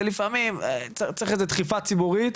ולפעמים צריך איזו דחיפה ציבורית.